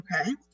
okay